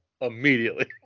immediately